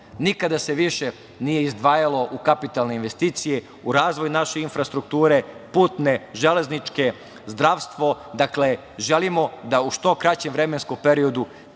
brojka. Nikada se više nije izdvajalo u kapitalne investicije, u razvoj naše infrastrukture, putne, železničke, zdravstvo, dakle, želimo da u što kraćem vremenskom periodu